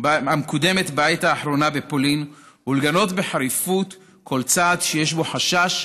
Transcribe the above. בעת האחרונה בפולין ולגנות בחריפות כל צעד שיש בו חשש